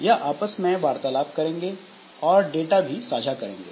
यह आपस में वार्तालाप करेंगे और डाटा भी साझा करेंगे